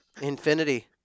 infinity